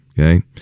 Okay